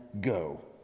go